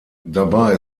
dabei